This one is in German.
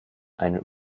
einen